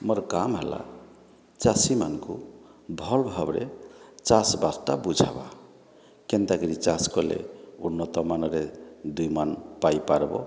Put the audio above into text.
ମୋର୍ କାମ୍ ହେଲା ଚାଷୀମାନଙ୍କୁ ଭଲ୍ ଭାବରେ ଚାଷ୍ ବାସ୍ଟା ବୁଝାବା କେନ୍ତା କିରି ଚାଷ୍ କଲେ ଉନ୍ନତ ମାନରେ ଦୁଇ ମାନ୍ ପାଇପାର୍ବ